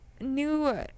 new